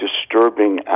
disturbing